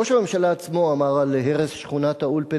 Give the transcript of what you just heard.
ראש הממשלה עצמו אמר על הרס שכונת-האולפנה: